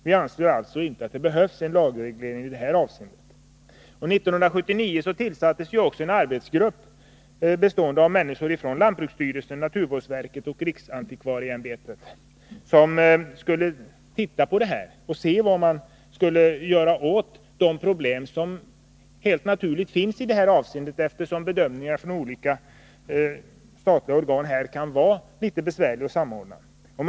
Vi anser alltså inte att det behövs någon lagreglering i det här avseendet. År 1979 tillsattes också en arbetsgrupp, bestående av personer från lantbruksstyrelsen, naturvårdsverket och riksantikvarieämbetet, som skulle se på de problem som helt naturligt finns i detta avseende; det kan vara litet besvärligt att samordna bedömningar från olika statliga organ.